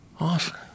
Awesome